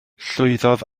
llwyddodd